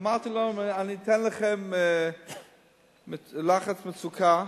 אמרתי להם: אני אתן לכם לחצן מצוקה,